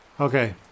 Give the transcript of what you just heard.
Okay